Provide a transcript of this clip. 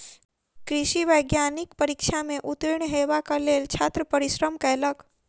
कृषि वैज्ञानिक परीक्षा में उत्तीर्ण हेबाक लेल छात्र परिश्रम कयलक